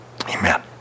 Amen